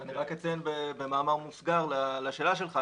אני אציין במאמר מוסגר, לשאלה שלך.